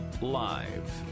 live